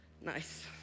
Nice